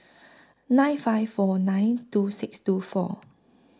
nine five four nine two six two four